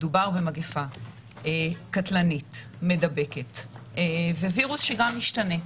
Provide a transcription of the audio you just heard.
מדובר במגיפה קטלנית ומדבקת עם וירוס שמשתנה.